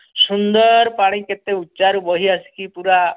ସୁନ୍ଦର ପାଣି କେତେ ଉଚାରୁ ବୋହି ଆସିକି ପୁରା